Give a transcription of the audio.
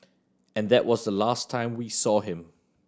and that was the last time we saw him